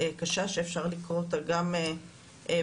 קשה שאפשר לקרוא אותה גם בתקשורת,